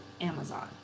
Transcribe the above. Amazon